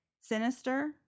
sinister